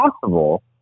possible